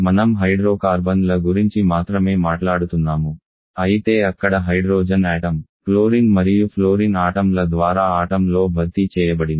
మనం హైడ్రోకార్బన్ల గురించి మాత్రమే మాట్లాడుతున్నాము అయితే అక్కడ హైడ్రోజన్ అణువు క్లోరిన్ మరియు ఫ్లోరిన్ ఆటం ల ద్వారా ఆటం లో భర్తీ చేయబడింది